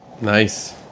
nice